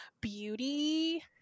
beauty